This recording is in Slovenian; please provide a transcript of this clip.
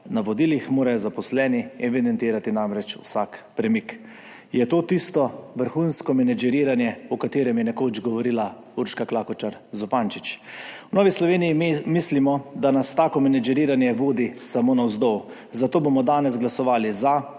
navodilih morajo zaposleni evidentirati namreč vsak premik. Je to tisto vrhunsko menedžeriranje, o katerem je nekoč govorila Urška Klakočar Zupančič? V Novi Sloveniji mislimo, da nas tako menedžeriranje vodi samo navzdol, zato bomo danes glasovali za,